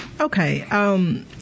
Okay